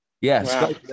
yes